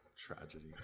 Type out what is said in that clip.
tragedy